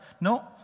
No